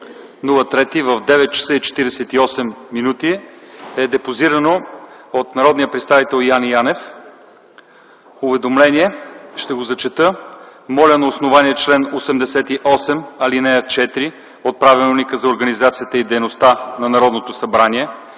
03., в 9 ч. 48 мин., е депозирано от народния представител Яне Янев уведомление. Ще го зачета: „Моля на основание чл. 88, ал. 4 от Правилника за организацията и дейността на Народното събрание